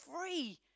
free